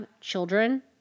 children